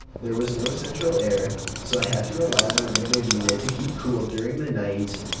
there was no central air, so i had to rely on a window unit to keep cool during the night.